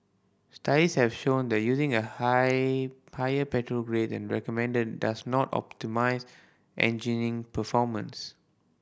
studies have shown that using a high higher petrol grade than recommended does not optimise engine performance